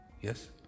yes